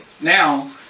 now